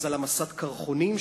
אז על המסת קרחונים,